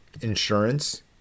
insurance